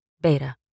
Beta